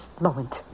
moment